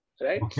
Right